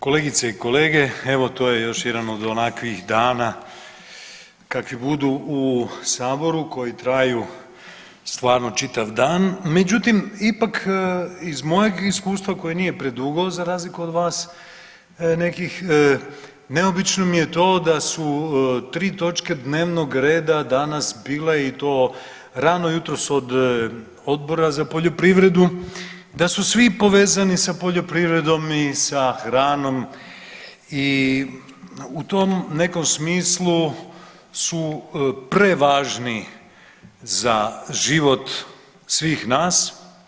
Kolegice i kolege, evo to je još jedan od onakvih dana kakvi budu u saboru koji traju stvarno čitav dan, međutim ipak iz mojeg iskustva koje nije predugo za razliku od vas nekih neobično mi je to da su 3 točke dnevnog reda danas bile i to rano jutros od Odbora za poljoprivredu, da su svi povezani za poljoprivredom i sa hranom i u tom nekom smislu su prevažni za život svih nas.